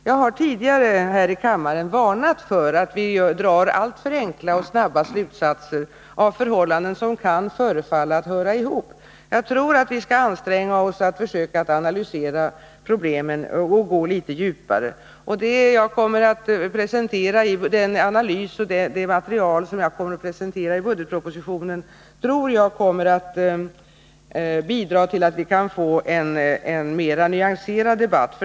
Jag har tidigare här i kammaren varnat för att vi drar alltför enkla och snabba slutsatser av förhållanden som kan förefalla att höra ihop. Jag tror att vi skall anstränga oss att försöka analysera problemen och gå litet djupare. Och jag tror att den analys och det material som jag kommer att presentera i budgetpropositionen kommer att bidra till en mer nyanserad debatt.